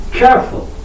careful